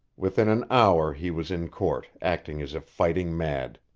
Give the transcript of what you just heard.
within an hour he was in court, acting as if fighting mad.